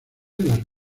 las